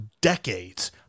decades